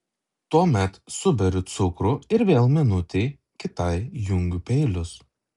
tuomet suberiu cukrų ir vėl minutei kitai jungiu peilius